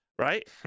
right